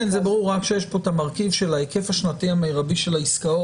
זה ברור אלא שיש כאן את המרכיב של ההיקף השנתי המרבי של העסקאות.